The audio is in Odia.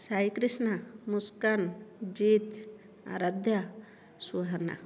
ସାଇକ୍ରିଷ୍ଣା ମୁସକାନ୍ ଜିତ୍ ଆରାଧ୍ୟା ସୁହାନା